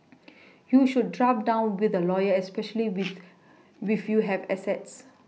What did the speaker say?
you should draft down with a lawyer especially with with you have assets